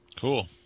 Cool